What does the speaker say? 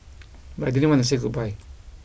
but I didn't want to say goodbye